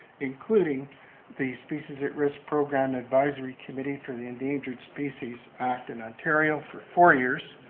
including the species at risk program advisory committee for the endangered species act in ontario for four years.